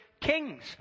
kings